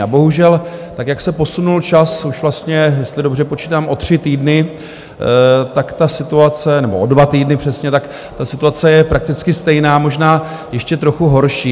A bohužel tak, jak se posunul čas, už vlastně, jestli dobře počítám, o tři týdny, ta situace nebo o dva týdny přesně ta situace je prakticky stejná, možná ještě trochu horší.